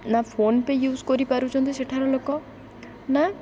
ନା PhonePe use କରିପାରୁଛନ୍ତି ସେଠାର ଲୋକ ନା